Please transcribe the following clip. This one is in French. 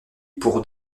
pour